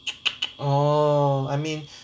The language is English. oh I mean